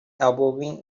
elbowing